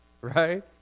right